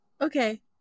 Okay